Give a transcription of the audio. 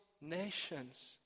nations